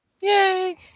Yay